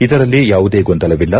ಇದರಲ್ಲಿ ಯಾವುದೇ ಗೊಂದಲವಿಲ್ಲ